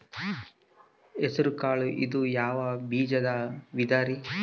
ಹೆಸರುಕಾಳು ಇದು ಯಾವ ಬೇಜದ ವಿಧರಿ?